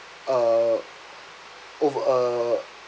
uh over uh